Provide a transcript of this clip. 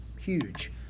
huge